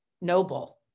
noble